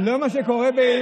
לא עם מה שקורה באילת.